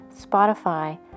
Spotify